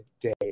day